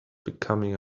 becoming